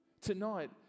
Tonight